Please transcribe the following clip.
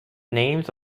names